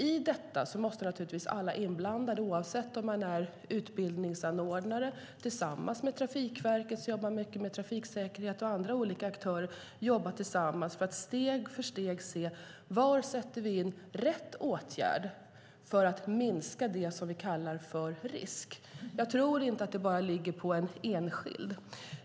I detta måste naturligtvis alla inblandade, oavsett om det är utbildningsanordnare tillsammans med Trafikverket, som jobbar mycket med trafiksäkerhet, eller andra olika aktörer, jobba tillsammans för att steg för steg se var vi sätter in rätt åtgärd för att minska det som vi kallar för risk. Jag tror inte att det bara ligger på en enskild.